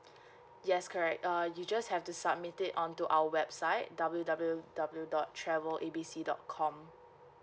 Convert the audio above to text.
yes correct uh you just have to submit it on to our website W W W dot travel A B C dot com